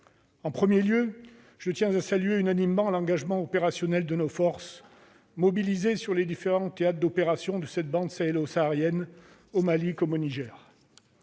Barkhane. Je tiens à saluer unanimement l'engagement opérationnel de nos forces mobilisées sur les différents théâtres d'opérations de cette bande sahélo-saharienne, au Mali comme au Niger.